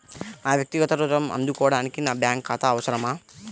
నా వక్తిగత ఋణం అందుకోడానికి నాకు బ్యాంక్ ఖాతా అవసరమా?